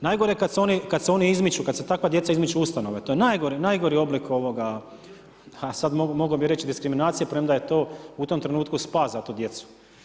Najgore kad se oni izmiču, kada se takva djeca izmiču u ustanove, to je najgori, najgori oblik, a sad, mogao bih reći diskriminacije premda je to u tom trenutku spas za tu djecu.